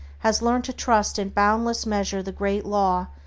has learned to trust in boundless measure the great law,